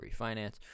refinance